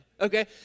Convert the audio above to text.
okay